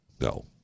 No